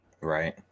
Right